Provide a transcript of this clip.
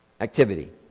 Activity